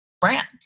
brand